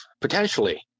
potentially